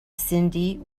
cyndi